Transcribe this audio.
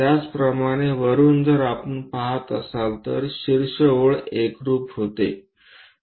त्याचप्रमाणे वरुन जर आपण पहात असाल तर शीर्ष ओळ एकरूप होते